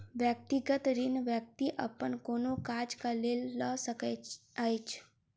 व्यक्तिगत ऋण व्यक्ति अपन कोनो काजक लेल लऽ सकैत अछि